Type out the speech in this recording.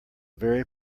very